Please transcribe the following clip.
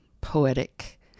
poetic